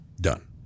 Done